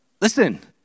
Listen